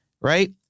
Right